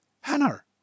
Hannah